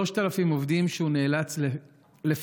3,000 עובדים הוא נאלץ לפרנס,